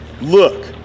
Look